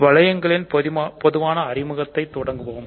வளையங்களில் பொதுவான அறிமுகத்தை தொடங்குவோம்